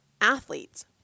athletes